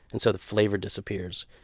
and so the flavor disappeared.